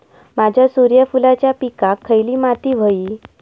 माझ्या सूर्यफुलाच्या पिकाक खयली माती व्हयी?